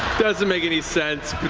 doesn't make any sense,